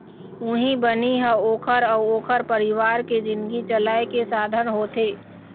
उहीं बनी ह ओखर अउ ओखर परिवार के जिनगी चलाए के साधन होथे